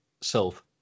self